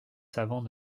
savants